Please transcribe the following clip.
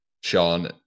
Sean